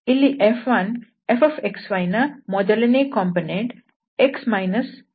ಇಲ್ಲಿ F1 Fxy ನ ಮೊದಲ ಕಾಂಪೊನೆಂಟ್ x yಆಗಿದೆ